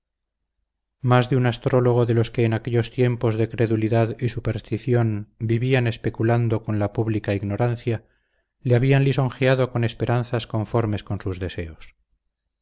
más de un astrólogo de los que en aquellos tiempos de credulidad y superstición vivían especulando con la pública ignorancia le habían lisonjeado con esperanzas conformes con sus deseos